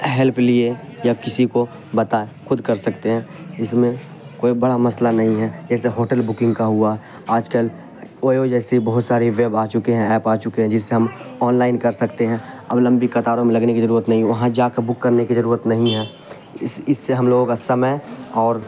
help لیے یا کسی کو بتائے خود کر سکتے ہیں اس میں کوئی بڑا مسئلہ نہیں ہے جیسے ہوٹل بکنگ کا ہوا آج کل اویو جیسی بہت ساری ویب آ چکے ہیں ایپ آ چکے ہیں جس سے ہم آن لائن کر سکتے ہیں اب لمبی قطاروں میں لگنے کی ضرورت نہیں وہاں جا کر بک کرنے کی ضرورت نہیں ہے اس اس سے ہم لوگوں کا سمے اور